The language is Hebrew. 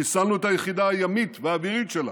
חיסלנו את היחידה הימית והאווירית שלה,